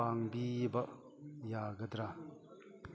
ꯄꯥꯡꯕꯤꯕ ꯌꯥꯒꯗ꯭ꯔꯥ